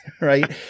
Right